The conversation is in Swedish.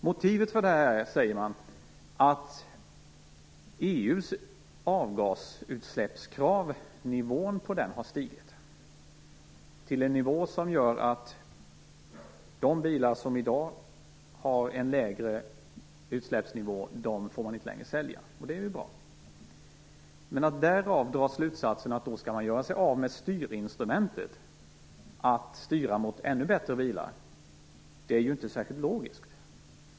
Motivet för detta säger man är att EU:s avgasutsläppskrav har skärpts till en nivå som gör att man inte längre får sälja de bilar som tidigare hade den lägre utsläppsnivån. Det är ju bra. Men att därav dra slutsatsen att man skall göra sig av med styrinstrumentet som gör att man kan styra mot ännu bättre bilar är inte särskilt logiskt.